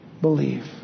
Believe